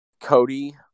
Cody